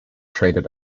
traded